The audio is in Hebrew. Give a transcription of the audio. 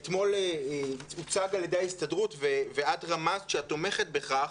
אתמול הוצג על ידי ההסתדרות ואת רמזת שאת תומכת בכך,